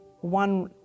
one